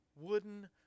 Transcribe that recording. wooden